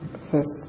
first